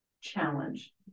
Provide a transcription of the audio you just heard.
challenge